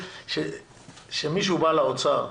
כשמישהו בא לאוצר,